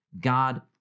God